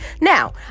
Now